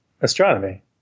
Astronomy